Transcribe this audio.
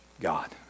God